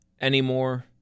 anymore